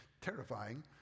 terrifying